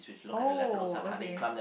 oh okay